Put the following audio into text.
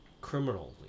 Criminally